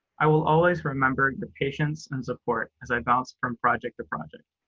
i will always remember the patience and support as i bounced from project to project.